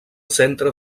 centre